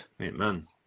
Amen